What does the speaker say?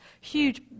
Huge